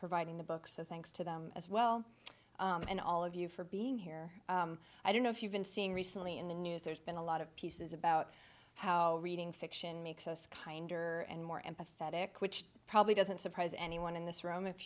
providing the book so thanks to them as well and all of you for being here i don't know if you've been seeing recently in the news there's been a lot of pieces about how reading fiction makes us kinder and more empathetic which probably doesn't surprise anyone in this room if